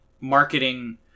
marketing